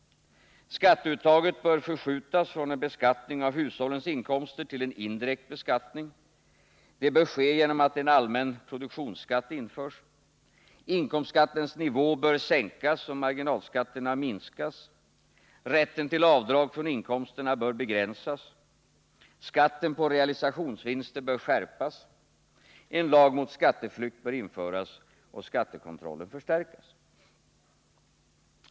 Skatteuttaget bör förskjutas från en beskattning av hushållens inkomster till en indirekt beskattning. Det bör ske genom att en allmän produktionsskatt införs. Inkomstskattens nivå bör sänkas och marginalskatterna minskas. Rätten till avdrag från inkomsterna bör begränsas. Skatten på realisations vinster bör skärpas. En lag mot skatteflykt bör införas och skattekontrollen förstärkas.